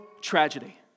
tragedy